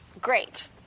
Great